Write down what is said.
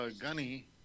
Gunny